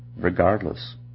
regardless